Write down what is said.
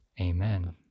Amen